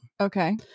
Okay